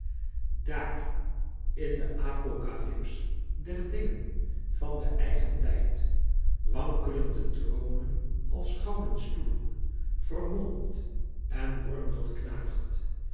dàar in den apocalyps der dingen van den eigen tijd wankelen de tronen als gouden stoelen vermolmd en